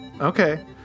Okay